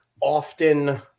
Often